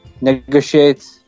negotiate